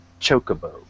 Chocobo